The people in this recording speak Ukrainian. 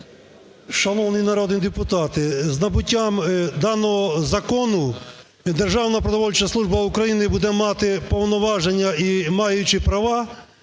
Шановні народні депутати, з набуттям даного закону Державна продовольча служба України буде мати повноваження і, маючи права,